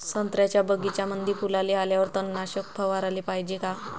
संत्र्याच्या बगीच्यामंदी फुलाले आल्यावर तननाशक फवाराले पायजे का?